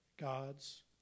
God's